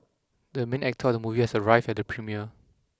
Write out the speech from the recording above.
the main actor of the movie has arrived at the premiere